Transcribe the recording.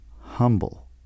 humble